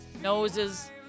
noses